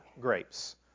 grapes